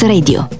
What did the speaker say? Radio